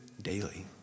daily